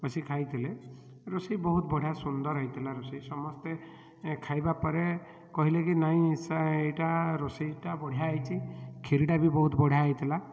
ଆସି ଖାଇଥିଲେ ରୋଷେଇ ବହୁତ ବଢ଼ିଆ ସୁନ୍ଦରହୋଇଥିଲା ରୋଷେଇ ସମସ୍ତେ ଖାଇବାପରେ କହିଲେ କି ନାଇଁ ସା ଏଇଟା ରୋଷେଇଟା ବଢ଼ିଆ ହୋଇଛି ଖିରିଟା ବି ବହୁତ ବଢ଼ିଆ ହୋଇଥିଲା